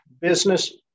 business